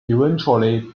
eventually